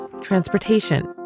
transportation